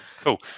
cool